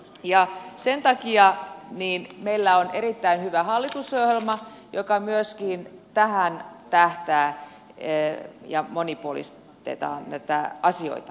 ja sen takia meillä on erittäin hyvä hallitusohjelma joka myöskin tähän tähtää ja jolla monipuolistetaan näitä asioita